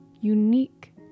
unique